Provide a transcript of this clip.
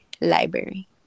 library